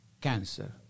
cancer